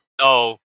no